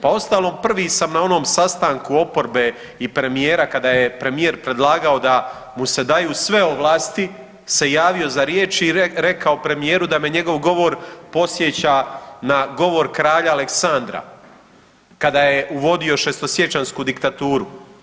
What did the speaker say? Pa uostalom prvi sam na onom sastanku oporbe i premijera kada je premijer predlagao da mu se daju sve ovlasti se javio za riječ i rekao premijeru da me njegov govor podsjeća na govor kralja Aleksandra kada je uvodio 6-to sječanjsku diktaturu.